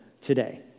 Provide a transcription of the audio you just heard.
today